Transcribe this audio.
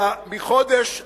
מחודש נובמבר,